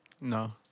No